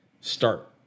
start